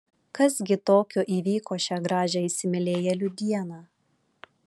kas gi tokio įvyko šią gražią įsimylėjėlių dieną